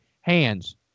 hands